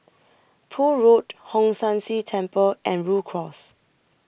Poole Road Hong San See Temple and Rhu Cross